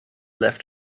left